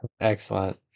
Excellent